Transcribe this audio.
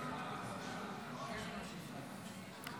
תבקש ממנו שיפנה אליי.